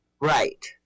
Right